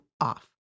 off